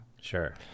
Sure